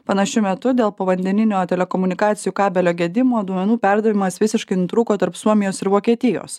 panašiu metu dėl povandeninio telekomunikacijų kabelio gedimo duomenų perdavimas visiškai nutrūko tarp suomijos ir vokietijos